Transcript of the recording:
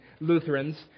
Lutherans